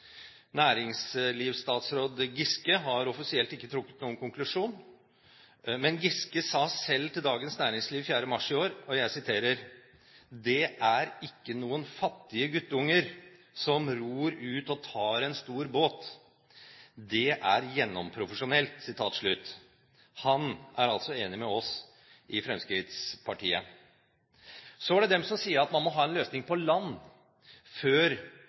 Næringslivsstatsråd Giske har offisielt ikke trukket noen konklusjon, men Giske sa selv til Dagens Næringsliv 4. mars i år: «Det er ikke noen fattige guttunger som ror ut og tar en stor båt. Det er gjennomprofesjonelt.» Han er altså enig med oss i Fremskrittspartiet. Så er det de som sier at man må ha en løsning på land før